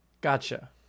gotcha